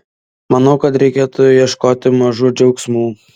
manau kad reikia ieškoti mažų džiaugsmų